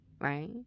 right